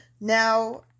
now